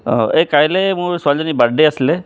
অঁ এ কাইলৈ মোৰ ছোৱালীজনীৰ বাৰ্থডে আছিলে